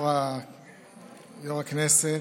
יו"ר הכנסת,